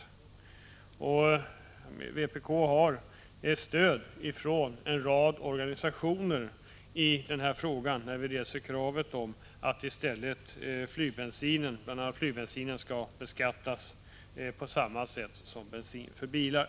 Vi inom vpk har stöd från en rad organisationer, när vi reser kravet att bl.a. flygbensin skall beskattas på samma sätt som bensin för bilar.